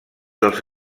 dels